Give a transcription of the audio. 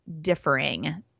differing